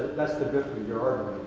that's the of your